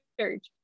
church